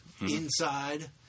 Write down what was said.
inside